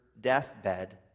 deathbed